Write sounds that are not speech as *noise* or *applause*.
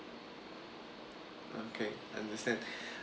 okay understand *breath*